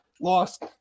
lost